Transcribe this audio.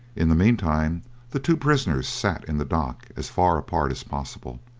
in the meantime the two prisoners sat in the dock as far apart as possible.